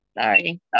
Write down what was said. sorry